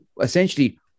essentially